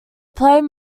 played